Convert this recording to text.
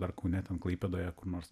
dar kaune ten klaipėdoje kur nors